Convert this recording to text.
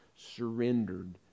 surrendered